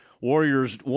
Warriors